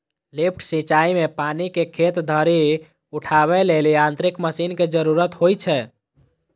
lift सिंचाइ मे पानि कें खेत धरि उठाबै लेल यांत्रिक मशीन के जरूरत होइ छै